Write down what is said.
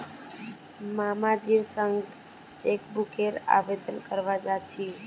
मामाजीर संग चेकबुकेर आवेदन करवा जा छि